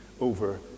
over